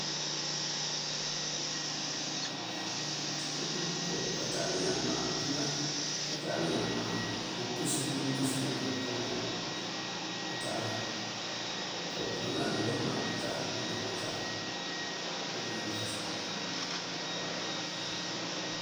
uguk káamţál iñaan, maa apëëná, káanţáal iñaan maa pëkus, piimëënkus uwul koowun unţáalu. Unkoo ŋálú máa pëënţáal púunjoo pëënţalú. Uguk uwí mëënkus uwí.